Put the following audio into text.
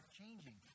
changing